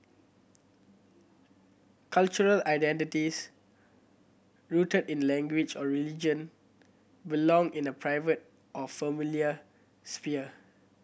cultural identities rooted in language or religion belong in the private or familial sphere